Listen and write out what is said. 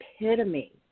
epitome